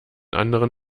anderen